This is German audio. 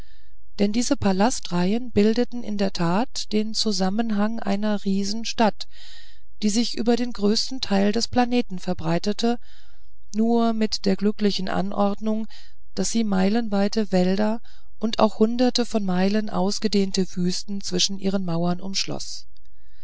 denn diese palastreihen bildeten in der tat den zusammenhang einer riesenstadt die sich über den größten teil des planeten verbreitete nur mit der glücklichen anordnung daß sie meilenweite wälder und auch hunderte von meilen ausgedehnte wüsten zwischen ihren mauern